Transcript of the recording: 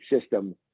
system